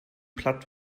platt